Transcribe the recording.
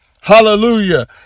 hallelujah